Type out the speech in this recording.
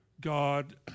God